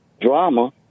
drama